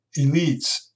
elites